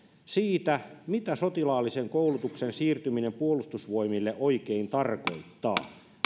siitä mitä sotilaallisen koulutuksen siirtyminen puolustusvoimille oikein tarkoittaa